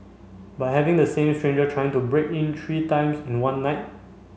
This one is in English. but having the same stranger trying to break in three times in one night